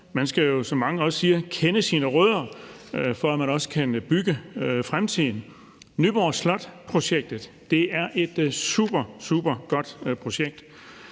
Man skal jo, som mange også siger, kende sine rødder, for at man også kan bygge fremtiden. Nyborg Slot-projektet er et super, super godt projekt.